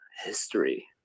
history